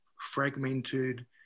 fragmented